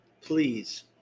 Please